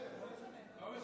זה לא משנה,